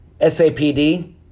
sapd